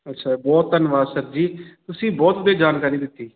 ਅੱਛਾ ਬਹੁਤ ਧੰਨਵਾਦ ਸਰ ਜੀ ਤੁਸੀਂ ਬਹੁਤ ਵਧੀਆ ਜਾਣਕਾਰੀ ਦਿੱਤੀ